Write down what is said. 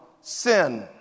sin